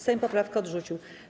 Sejm poprawkę odrzucił.